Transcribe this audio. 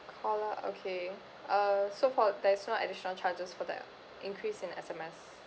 caller okay uh so for there's no additional charges for the increase in S_M_S